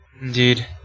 Indeed